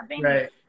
right